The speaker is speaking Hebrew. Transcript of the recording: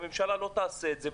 והממשלה לא תעשה את זה,